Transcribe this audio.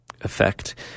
effect